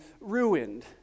ruined